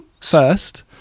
first